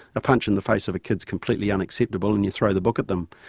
a punch in the face of a kid is completely unacceptable and you throw the book at them.